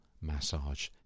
massage